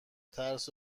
ترس